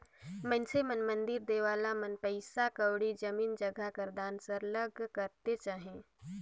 मइनसे मन मंदिर देवाला मन में पइसा कउड़ी, जमीन जगहा कर दान सरलग करतेच अहें